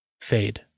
fade